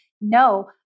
no